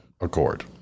accord